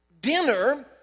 dinner